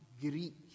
Greek